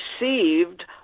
received